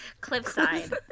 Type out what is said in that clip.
cliffside